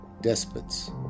despots